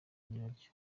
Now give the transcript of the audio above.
nyiraryo